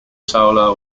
solo